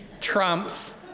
trumps